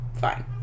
Fine